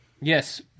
Yes